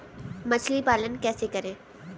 मछली पालन कैसे करें?